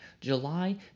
July